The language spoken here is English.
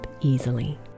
easily